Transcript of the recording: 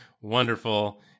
wonderful